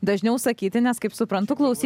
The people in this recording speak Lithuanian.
dažniau sakyti nes kaip suprantu klausy